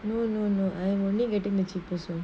no no no I'm only getting the cheaper so